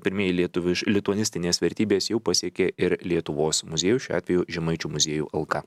pirmieji lietuviš lituanistinės vertybės jau pasiekė ir lietuvos muziejus šiuo atveju žemaičių muziejų alka